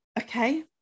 okay